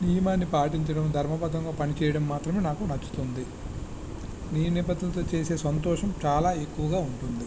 నియమాన్ని పాటించడం ధర్మబద్ధంగా పనిచేయడం మాత్రమే నాకు నచ్చుతుంది నియమ నిబద్ధతలతో చేసే సంతోషం చాలా ఎక్కువగా ఉంటుంది